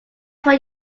where